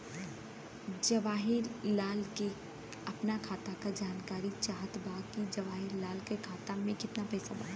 जवाहिर लाल के अपना खाता का जानकारी चाहत बा की जवाहिर लाल के खाता में कितना पैसा बा?